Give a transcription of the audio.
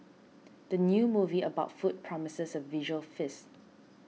the new movie about food promises a visual feast